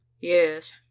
Yes